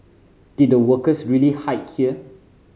did the workers really hide here